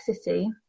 City